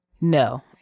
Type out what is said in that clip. no